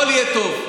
הכול יהיה טוב.